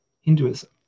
Hinduism